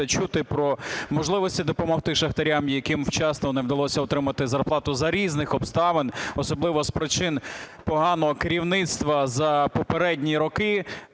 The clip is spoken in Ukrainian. чути про можливості допомогти шахтарям, яким вчасно не вдалося отримати зарплату за різних обставин, особливо з причин поганого керівництва за попередні роки,